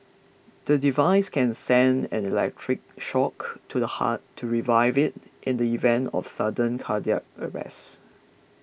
the device can send an electric shock to the heart to revive it in the event of sudden cardiac arrest